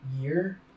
year